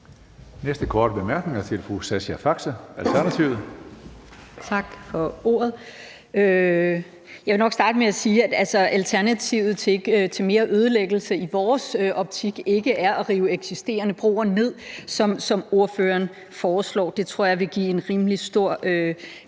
Næste korte bemærkning er til fru Sascha Faxe, Alternativet. Kl. 17:51 Sascha Faxe (ALT): Tak for ordet. Jeg vil nok starte med at sige, at i vores optik er alternativet til mere ødelæggelse ikke at rive eksisterende broer ned, som ordføreren foreslår. Det tror jeg vil give et rimelig stort